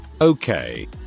Okay